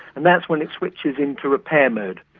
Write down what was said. and that's when it switches into repair mode.